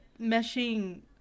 meshing